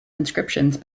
inscriptions